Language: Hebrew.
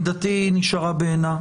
עמדתי נשארה בעינה.